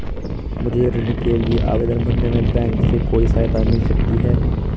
मुझे ऋण के लिए आवेदन भरने में बैंक से कोई सहायता मिल सकती है?